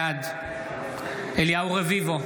בעד אליהו רביבו,